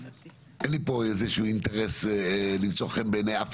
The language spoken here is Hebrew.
אין לי פה איזה שהוא אינטרס למצוא חן בעיני אף